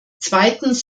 zweitens